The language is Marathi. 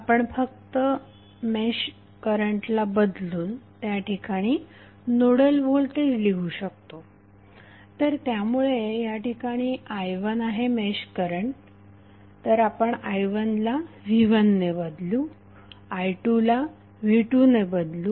आपण फक्त मेश करंट ला बदलून त्याठिकाणी नोडल व्होल्टेज लिहू शकतो तर त्यामुळे याठिकाणी i1आहे मेश करंट तर आपण i1ला v1ने बदलू आणि i2 ला v2 ने बदलू